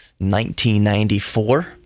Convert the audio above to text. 1994